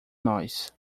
nós